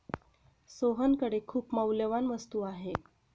सोहनकडे खूप मौल्यवान वस्तू आहे